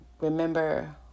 Remember